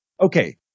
Okay